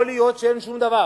יכול להיות שאין שום דבר.